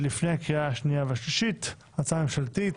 לפני הקריאה השנייה והשלישית - הצעה ממשלתית.